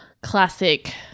classic